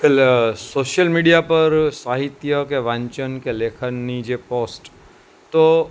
કલ social media પર સાહિત્ય કે વાંચન કે લેખનની જે પોસ્ટ તો